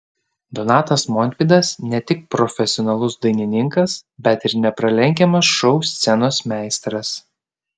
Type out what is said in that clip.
donatas montvydas ne tik profesionalus dainininkas bet ir nepralenkiamas šou scenos meistras